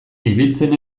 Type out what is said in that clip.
ibiltzen